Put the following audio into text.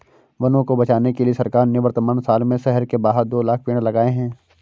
वनों को बचाने के लिए सरकार ने वर्तमान साल में शहर के बाहर दो लाख़ पेड़ लगाए हैं